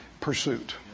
pursuit